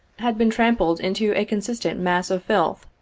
had been trampled into a consistent mass of filth,